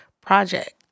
project